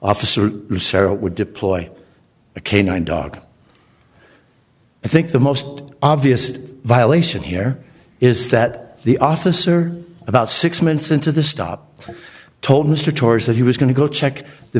officer sarah would deploy a canine dog i think the most obvious violation here is that the officer about six minutes into the stop told mr tours that he was going to go check the